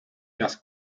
las